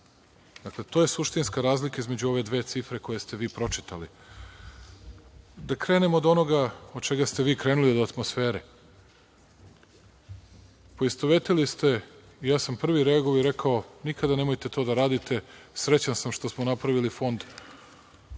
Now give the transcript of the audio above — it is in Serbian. Dakle, to je suštinska razlika između ove dve cifre koje ste vi pročitali. Da krenemo od onoga od čega ste vi krenuli, od atmosfere. Poistovetili ste, ja sam prvi reagovao i rekao - nikada nemojte to da radite, srećan sam što smo napravili fond za lečenje